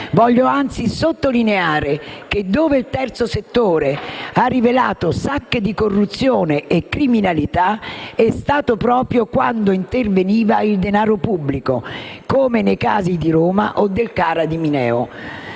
Voglio anzi sottolineare che, dove il terzo settore ha rivelato sacche di corruzione e criminalità, è stato proprio quando interveniva il denaro pubblico, come nei casi di Roma o del CARA di Mineo.